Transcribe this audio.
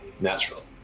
natural